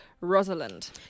Rosalind